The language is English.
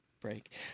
break